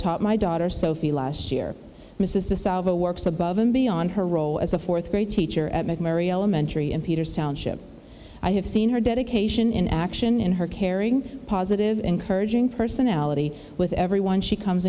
taught my daughter sophie last year mrs de salvo works above and beyond her role as a fourth grade teacher at mary elementary in peter sound ship i have seen her dedication in action and her caring positive encouraging personality with everyone she comes